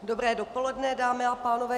Dobré dopoledne, dámy a pánové.